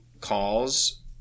calls